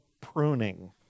pruning